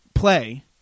play